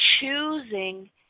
choosing